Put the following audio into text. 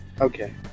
okay